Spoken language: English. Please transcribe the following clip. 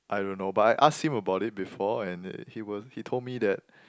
I don't know but I asked him about it before and he was he told me that